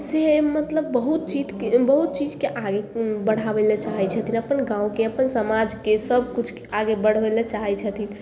जे मतलब बहुत चीजके बहुत चीजके बढाबै लए चाहै छथिन अपन गाँवके अपन समाजके सबकिछु आगे बढ़बै लए चाहै छथिन